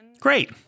Great